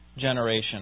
generation